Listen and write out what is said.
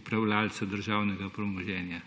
upravljavca državnega premoženja.